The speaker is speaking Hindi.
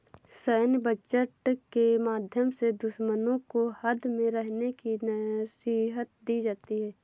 सैन्य बजट के माध्यम से दुश्मनों को हद में रहने की नसीहत दी जाती है